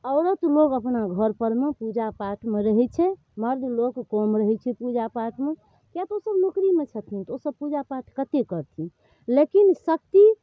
औरत लोग अपना घर परमे पूजापाठमे रहै छै मर्द लोक कम रहै छै पूजापाठमे किए तऽ ओ सब नौकरीमे छथिन तऽ ओ सब पूजापाठ कते करथिन लेकिन शक्ति